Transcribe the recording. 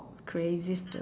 crazy sto~